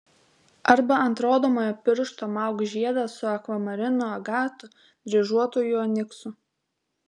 arba ant rodomojo piršto mauk žiedą su akvamarinu agatu dryžuotuoju oniksu